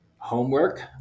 homework